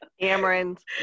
Cameron's